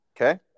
Okay